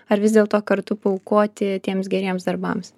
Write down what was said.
ar vis dėlto kartu paaukoti tiems geriems darbams